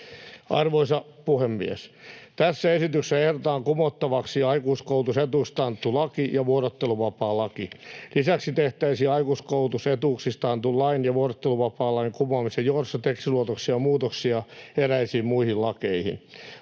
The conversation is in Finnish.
Arvoisa puhemies! Tässä esityksessä ehdotetaan kumottavaksi aikuiskoulutusetuuksista annettu laki ja vuorotteluvapaalaki. Lisäksi tehtäisiin aikuiskoulutusetuuksista annetun lain ja vuorotteluvapaalain kumoamisen johdosta teknisluonteisia muutoksia eräisiin muihin lakeihin.